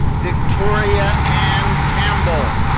victoria ann campbell.